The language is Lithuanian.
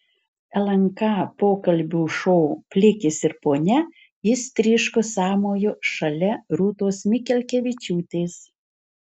lnk pokalbių šou plikis ir ponia jis tryško sąmoju šalia rūtos mikelkevičiūtės